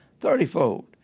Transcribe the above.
thirtyfold